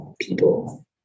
people